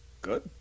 good